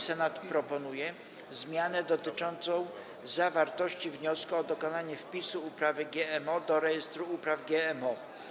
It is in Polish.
Senat proponuje zmianę dotyczącą zawartości wniosku o dokonanie wpisu uprawy GMO do Rejestru Upraw GMO.